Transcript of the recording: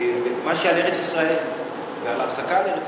מאשר על ארץ-ישראל ועל החזקה על ארץ-ישראל.